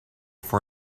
for